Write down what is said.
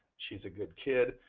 she's a good kid,